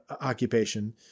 occupation